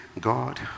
God